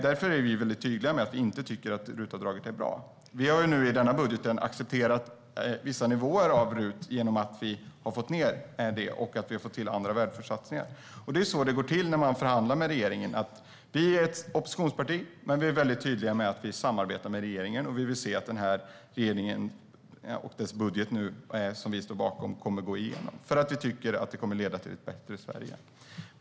Därför är vi tydliga med att vi inte tycker att RUT-avdraget är bra. Vi har i den här budgeten accepterat vissa nivåer av RUT genom att vi ändå har fått ned det och fått igenom andra välfärdssatsningar. Det är så det går till när man förhandlar med regeringen. Vi är ett oppositionsparti, men vi är väldigt tydliga med att vi samarbetar med regeringen. Vi vill se att den här regeringen och dess budget, som vi står bakom, kommer att gå igenom eftersom vi tycker att det kommer att leda till ett bättre Sverige.